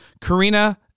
Karina